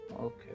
Okay